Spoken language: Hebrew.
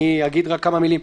אני אגיד רק כמה מילים.